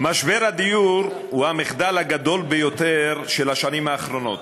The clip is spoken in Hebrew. משבר הדיור הוא המחדל הגדול ביותר של השנים האחרונות.